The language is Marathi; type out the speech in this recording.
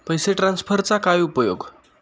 पैसे ट्रान्सफरचा काय उपयोग?